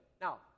Now